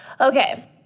Okay